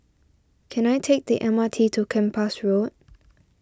can I take the M R T to Kempas Road